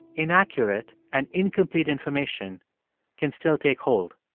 inaccurate and incomplete information can still take hold.